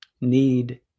need